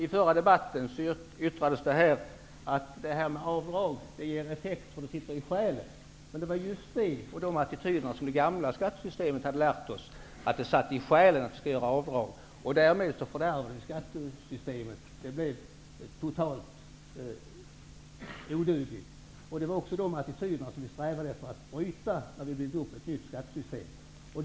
I förra debatten yttrades att avdrag ger effekt därför att viljan att göra avdrag sitter i själen, men det var just de attityderna som det gamla skattesystemet hade lärt oss. Det satt i själen att vi skulle göra avdrag. Därmed fördärvade vi skattesystemet. Det blev totalt odugligt. Det var också de attityderna som vi strävade efter att bryta när vi byggde upp ett nytt skattesystem.